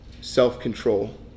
self-control